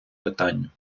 питанню